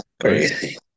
Crazy